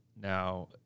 now